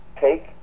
take